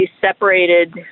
separated